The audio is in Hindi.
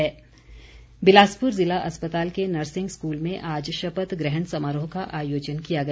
शपथ समारोह बिलासपुर ज़िला अस्पताल के नर्सिंग स्कूल में आज शपथ ग्रहण समारोह का आयोजन किया गया